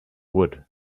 wood